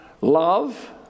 love